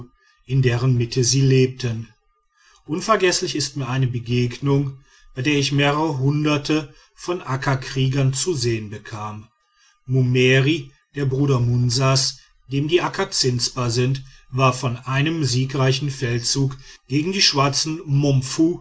in deren mitte sie lebten unvergeßlich ist mir eine begegnung bei der ich mehrere hunderte von akkakriegern zu sehen bekam mummeri der bruder munsas dem die akka zinsbar sind war von einem siegreichen feldzug gegen die schwarzen momfu